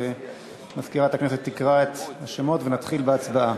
מזכירת הכנסת תקרא את השמות ונתחיל בהצבעה.